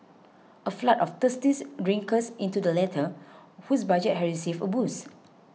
a flood of thirsty drinkers into the latter whose budget has received a boost